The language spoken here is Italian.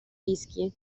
rischi